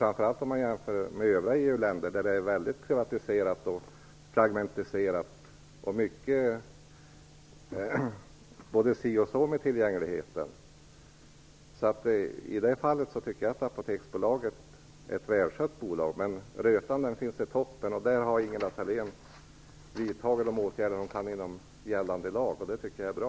I övriga EU-länder är det väldigt privatiserat och fragmentiserat på det här området, och det är också si och så med tillgängligheten. I det avseendet tycker jag alltså att Apoteksbolaget är ett välskött bolag. Rötan finns i toppen, men där har Ingela Thalén vidtagit de åtgärder hon kan inom gällande lag, och det tycker jag är bra.